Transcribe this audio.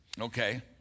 Okay